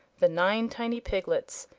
the nine tiny piglets,